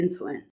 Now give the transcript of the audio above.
insulin